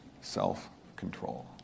self-control